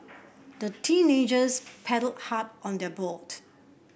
the teenagers paddled hard on their boat